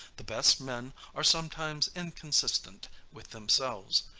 the best men are sometimes inconsistent with themselves.